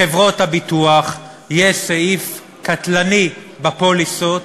לחברות הביטוח יש סעיף קטלני בפוליסות,